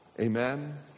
Amen